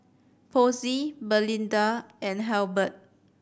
Posey Belinda and Halbert